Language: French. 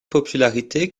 popularité